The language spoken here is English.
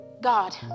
God